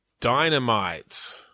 Dynamite